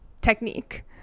technique